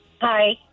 Hi